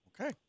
Okay